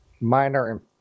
Minor